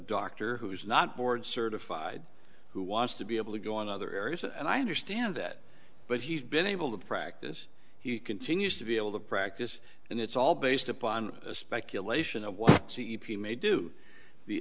doctor who is not board certified who wants to be able to go on other areas and i understand that but he's been able to practice he continues to be able to practice and it's all based upon speculation of what c e p t may do the